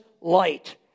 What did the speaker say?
light